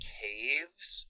caves